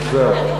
זהו.